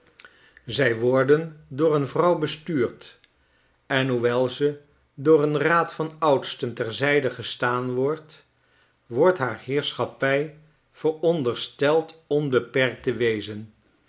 zij worden door een vrouw bestuurd en alhoewel ze door een raad van oudsten ter zy de gestaan wordt wordt haar heerschappij verondersteld onbeperkt te wezen